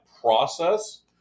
process